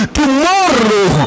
tomorrow